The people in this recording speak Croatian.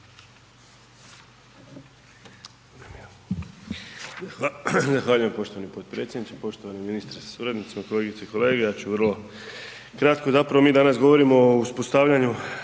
Zahvaljujem poštovani potpredsjedniče, poštovani ministre sa suradnicima, kolegice i kolege, ja ću vrlo kratko, zapravo mi danas govorimo o uspostavljanju